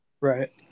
right